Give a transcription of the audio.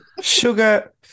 sugar